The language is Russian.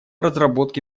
разработке